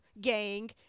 gang